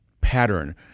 pattern